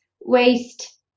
waste